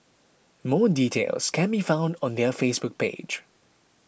more details can be found on their Facebook page